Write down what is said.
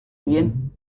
bien